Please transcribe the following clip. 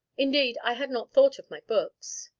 indeed i had not thought of my books.